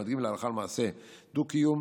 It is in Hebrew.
ומדגים הלכה למעשה דו-קיום.